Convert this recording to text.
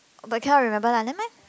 but cannot remember lah nevermind